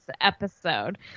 episode